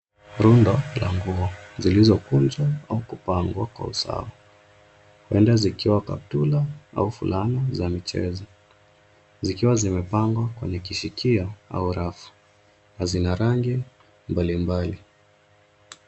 Rundo la nguo zilizokunjwa au kupangwa kwa usawa. Huenda zikiwa kaptura au fulana za michezo, zikiwa zimepangwa kwenye kishikio au rafu na zina rangi mbalimbali.